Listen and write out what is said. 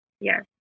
Yes